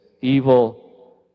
evil